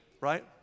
right